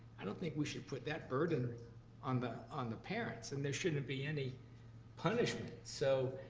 i don't think we should put that burden on the on the parents, and there shouldn't be any punishment. so